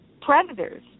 predators